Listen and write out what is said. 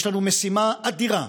יש לנו משימה אדירה: